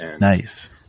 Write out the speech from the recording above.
Nice